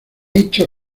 hecho